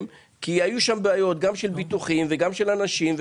בגלל בעיות של ביטוחים ובעיות של אנשים.